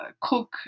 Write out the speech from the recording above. cook